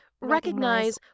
recognize